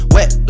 Wet